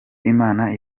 imana